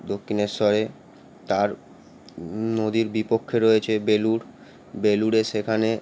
দক্ষিণেশ্বরে তার নদীর বিপক্ষে রয়েছে বেলুড় বেলুড়ে সেখানে